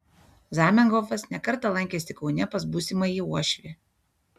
zamenhofas ne kartą lankėsi kaune pas būsimąjį uošvį